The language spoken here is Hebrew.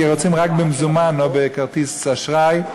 כי רוצים רק במזומן או בכרטיס אשראי,